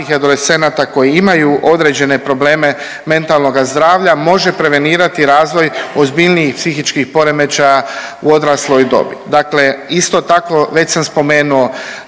i adolescenata koji imaju određene probleme mentalnoga zdravlja može prevenirati razvoj ozbiljnijih psihičkih poremećaja u odrasloj dobi. Dakle isto tako već sam spomenuo,